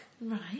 Right